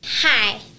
Hi